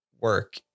work